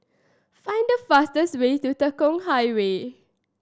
find the fastest way to Tekong Highway